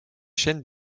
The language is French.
chaînes